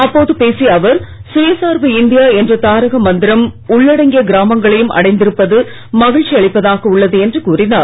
அப்போது பேசிய அவர் சுயசார்பு இந்தியா என்ற தாரக மந்திரம் உள்ளடங்கிய கிராமங்களையும் அடைந்திருப்பது மகிழ்ச்சி அளிப்பதாக உள்ளது என்று கூறினார்